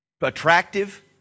attractive